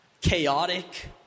chaotic